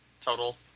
Total